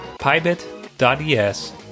pybit.es